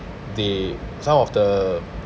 they some of the